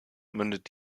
mündet